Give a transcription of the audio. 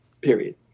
period